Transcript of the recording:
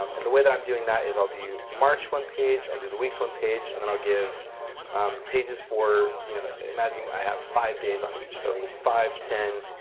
um and the way that i'm doing that is i'll do march one page, i'll do the weeks one page, and then i'll give pages for, you know, imagine i have five days on each, so five ten,